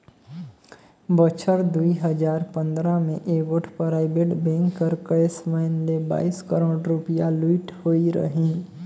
बछर दुई हजार पंदरा में एगोट पराइबेट बेंक कर कैस वैन ले बाइस करोड़ रूपिया लूइट होई रहिन